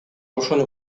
ошону